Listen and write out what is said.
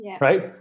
right